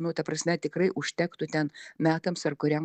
nu ta prasme tikrai užtektų ten metams ar kuriam